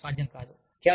నడవడం సాధ్యంకాదు